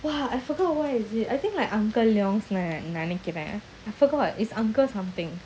!wah! I forgot what is it I think like uncle leong நெனைக்கிறேன்:nenaikren I forgot is uncle something